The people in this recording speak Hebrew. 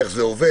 איך זה עובד,